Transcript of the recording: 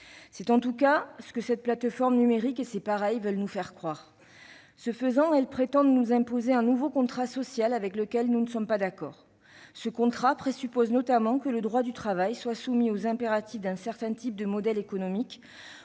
C'est en tout cas ce que cette plateforme numérique et ses pareilles veulent nous faire croire. Ce faisant, elles prétendent nous imposer un nouveau contrat social avec lequel nous ne sommes pas d'accord. Ce contrat présuppose notamment que le droit du travail soit soumis aux impératifs d'un certain type de modèle économique